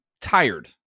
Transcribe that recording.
tired